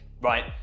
right